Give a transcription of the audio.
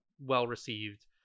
well-received